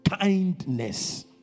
kindness